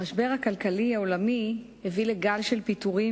המשבר הכלכלי העולמי הביא לגל של פיטורים